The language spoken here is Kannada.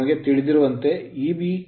ನಮಗೆ ತಿಳಿದಿರುವಂತೆ Eb K ∅ n